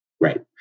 Right